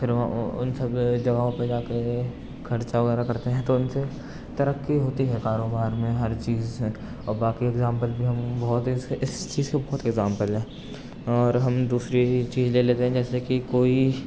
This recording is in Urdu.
پھر وہ ان سب جگہوں پہ جا کے خرچہ وغیرہ كرتے ہیں تو ان سے ترقّی ہوتی ہے كاروبار میں ہر چیز اور باقی اگزامپل بھی ہم بہت اس اس چیز کے بہت اگزامپل ہے اور ہم دوسری چیز لے لیتے ہیں جیسے کہ کوئی